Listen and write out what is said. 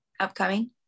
Upcoming